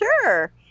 sure